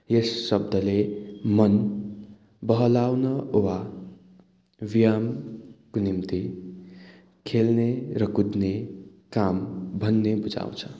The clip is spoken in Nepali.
यस शब्दले मन बहलाउन वा व्यायामको निम्ति खेल्ने र कुद्ने काम भन्ने बुझाउँछ